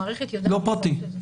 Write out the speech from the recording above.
המערכת יודעת לזהות את זה.